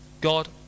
God